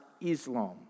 Islam